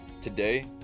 Today